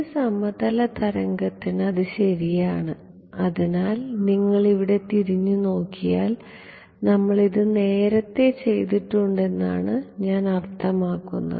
ഒരു സമതല തരംഗത്തിന് അത് ശരിയാണ് അതിനാൽ നിങ്ങൾ ഇവിടെ തിരിഞ്ഞുനോക്കിയാൽ നമ്മൾ ഇത് നേരത്തേ ചെയ്തിട്ടുണ്ടെന്നാണ് ഞാൻ അർത്ഥമാക്കുന്നത്